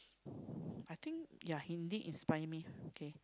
I think ya he indeed inspired me okay